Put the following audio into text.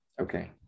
Okay